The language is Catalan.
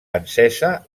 encesa